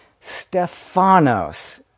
Stephanos